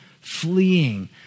fleeing